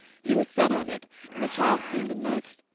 he was set on it and the child seemed a nice,